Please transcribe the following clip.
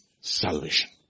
salvation